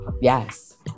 Yes